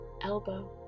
elbow